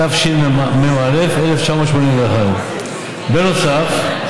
התשמ"א 1981. בנוסף,